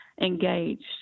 engaged